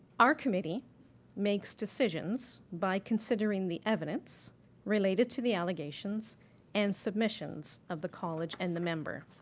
our committee makes decisions by considering the evidence related to the allegations and submissions of the college and the member.